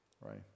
right